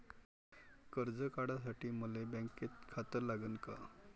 कर्ज काढासाठी मले बँकेत खातं लागन का?